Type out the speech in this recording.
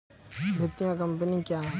वित्तीय कम्पनी क्या है?